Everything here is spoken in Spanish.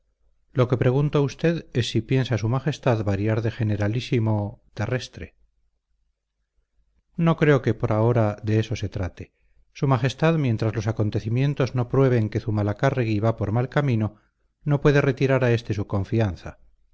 lo que pregunto a usted es si piensa su majestad variar de generalísimo terrestre no creo que por ahora de eso se trate su majestad mientras los acontecimientos no prueben que zumalacárregui va por mal camino no puede retirar a éste su confianza